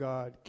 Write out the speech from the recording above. God